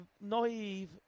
naive